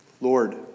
Lord